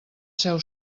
seu